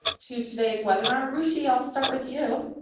to today's webinar. ruchi, i'll start with you.